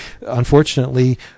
unfortunately